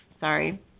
Sorry